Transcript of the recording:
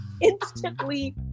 instantly